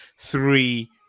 three